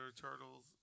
turtles